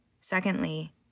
Secondly